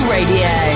Radio